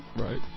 Right